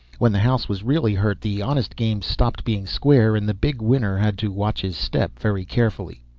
when the house was really hurt the honest games stopped being square and the big winner had to watch his step very carefully.